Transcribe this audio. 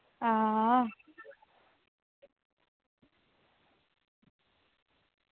हां